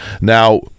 Now